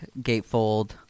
gatefold